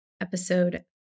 episode